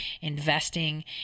investing